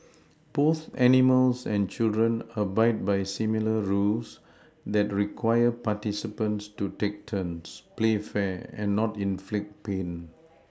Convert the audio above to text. both animals and children abide by similar rules that require participants to take turns play fair and not inflict pain